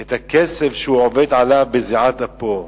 את הכסף שהוא עובד עליו בזיעת אפיו,